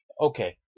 okay